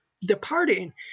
departing